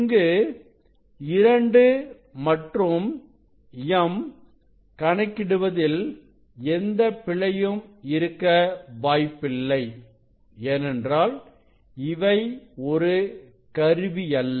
இங்கு 2 மற்றும் m கணக்கிடுவதில் எந்தப் பிழையும் இருக்க வாய்ப்பில்லை ஏனென்றால் இவை ஒரு கருவியல்ல